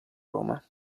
roma